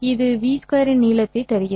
இது எனக்கு v' 2 இன் நீளத்தை தருகிறது